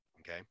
Okay